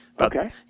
okay